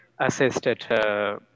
assisted